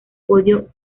podio